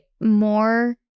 more